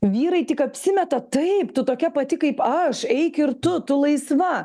vyrai tik apsimeta taip tu tokia pati kaip aš eik ir tu tu laisva